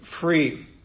free